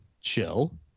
chill